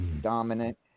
dominant